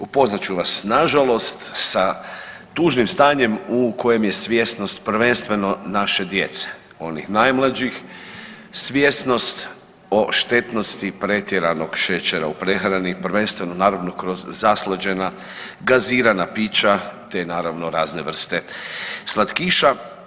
Upoznat ću vas na žalost sa tužnim stanjem u kojem je svjesnost prvenstveno naše djece onih najmlađih, svjesnost o štetnosti pretjeranog šećera u prehrani prvenstveno naravno kroz zaslađena gazirana pića, te naravno razne vrste slatkiša.